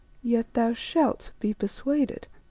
yet thou shalt be persuaded,